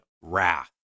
wrath